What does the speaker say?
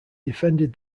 defended